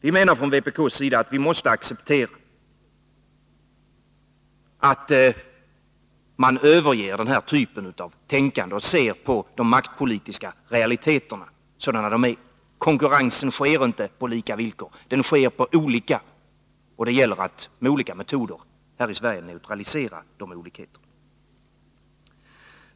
Vi menar från vpk att vi måste acceptera att man överger den här typen av tänkande och ser på de maktpolitiska realiteterna sådana de är. Konkurrensen sker inte på lika villkor, den sker på olika, och det gäller att med olika metoder här i Sverige neutralisera de olikheterna.